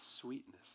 sweetness